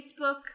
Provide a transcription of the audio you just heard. Facebook